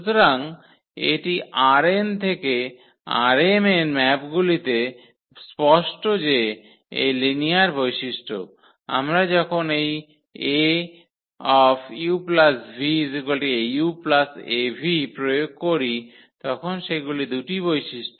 সুতরাং এটি ℝn থেকে ℝm এর ম্যাপগুলিতে স্পষ্ট যে এই লিনিয়ার বৈশিষ্ট্য আমরা যখন এই Auv 𝐴u 𝐴v প্রয়োগ করি তখন সেগুলি দুটি বৈশিষ্ট্য